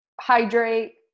hydrate